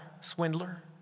swindler